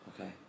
Okay